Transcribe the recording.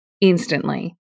instantly